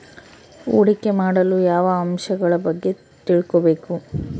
ಹೂಡಿಕೆ ಮಾಡಲು ಯಾವ ಅಂಶಗಳ ಬಗ್ಗೆ ತಿಳ್ಕೊಬೇಕು?